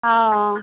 অঁ